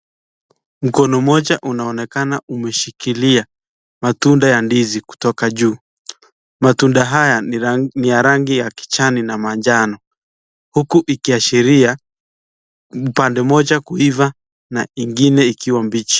Mkono mmoja unaonekana umeshikilia matunda ya ndizi kutoka juu. Matunda haya ni ya rangi ya kijani na manjano huku ikiashiria upande moja kuiva na ingine ikiwa mbichi.